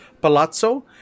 Palazzo